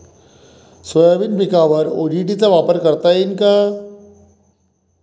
Soybean पिकावर ODT चा वापर करता येईन का?